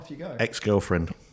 Ex-girlfriend